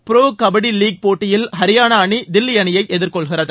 bro kabaddi league போட்டியில் ஹரியானா அணி தில்லி அணியை எதிர்கொள்கிறது